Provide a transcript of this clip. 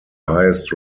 highest